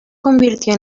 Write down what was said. convirtió